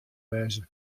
wêze